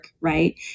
Right